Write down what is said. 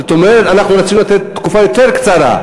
זאת אומרת, אנחנו רצינו לתת תקופה יותר קצרה.